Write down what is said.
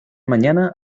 mañana